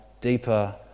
deeper